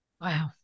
Wow